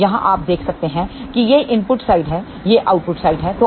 तो यहाँ आप देख सकते हैं कि ये इनपुट साइड हैं ये आउटपुट साइड हैं